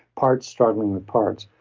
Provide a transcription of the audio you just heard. parts struggling with parts.